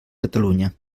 catalunya